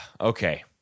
Okay